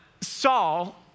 Saul